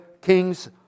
king's